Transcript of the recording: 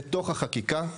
בתוך החקיקה,